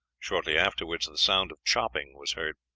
shortly afterwards the sound of chopping was heard.